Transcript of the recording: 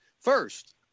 First